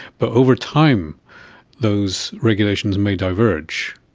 but over time those regulations may diverge.